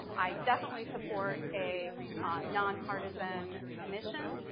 i definitely support a nonpartisan commission.